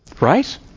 right